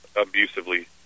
abusively